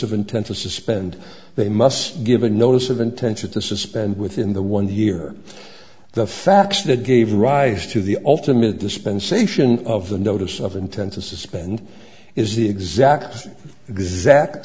of intent to suspend they must give a notice of intention to suspend within the one year the facts that gave rise to the ultimate dispensation of the notice of intent to suspend is the exact exact